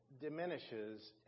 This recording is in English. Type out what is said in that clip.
diminishes